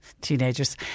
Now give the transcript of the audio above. teenagers